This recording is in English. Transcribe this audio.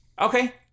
Okay